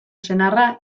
senarra